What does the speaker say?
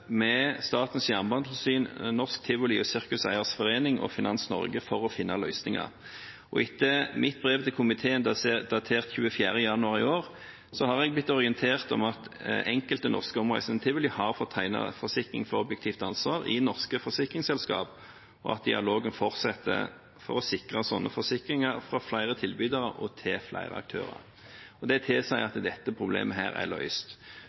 med Statens jernbanetilsyn, Norsk Cirkus og Tivolieierforening og Finans Norge for å finne løsninger. Etter mitt brev til komiteen, datert 24. januar i år, har jeg blitt orientert om at enkelte norske omreisende tivoli har fått tegnet forsikring for objektivt ansvar i norske forsikringsselskap, og at dialogen fortsetter for å sikre sånne forsikringer fra flere tilbydere og til flere aktører. Det tilsier at dette problemet er